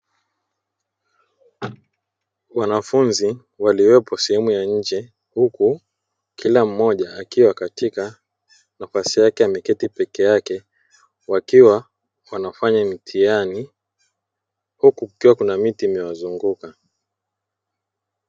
Wanafunzi waliopo sehemu ya nje huku kila mmoja akiwa katika nafasi yake ameketi peke yake wakiwa wanafanya mtihani huku kukiwa na miti imewazunguka.